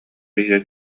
иһигэр